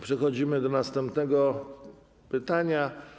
Przechodzimy do następnego pytania.